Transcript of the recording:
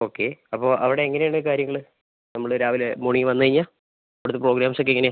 okay അപ്പോൾ അവിടെ എങ്ങനെയാണ് കാര്യങ്ങൾ നമ്മൾ രാവിലെ മോർണിംഗ് വന്നുകഴിഞ്ഞാൽ അവിടുത്തെ പ്രോഗ്രാംസ് ഒക്കെ എങ്ങനെയാണ്